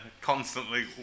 constantly